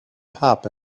pop